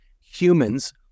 humans